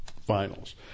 finals